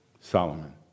Solomon